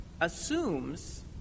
assumes